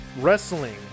wrestling